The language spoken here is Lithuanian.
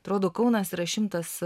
atrodo kaunas yra šimtas